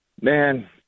Man